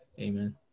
amen